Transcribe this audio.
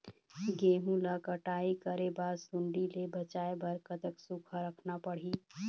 गेहूं ला कटाई करे बाद सुण्डी ले बचाए बर कतक सूखा रखना पड़ही?